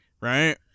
right